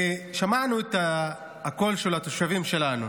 שמענו את הקול של התושבים שלנו